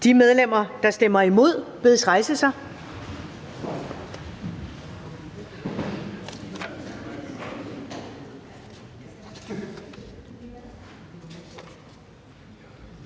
De medlemmer, der stemmer imod, bedes rejse sig.